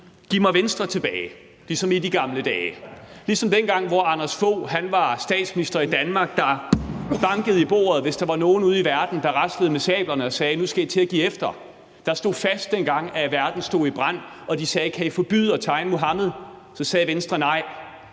Giv mig Venstre tilbage, ligesom i de gamle dage – ligesom dengang, hvor Anders Fogh Rasmussen var statsminister i Danmark og bankede i bordet, hvis der var nogen ude i verden, der raslede med sablerne og sagde: Nu skal I give efter; det var Anders Fogh Rasmussen, der stod fast, dengang verden stod i brand og de sagde: Kan I forbyde at tegne Muhammed? Så sagde Venstre: Nej.